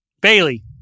Bailey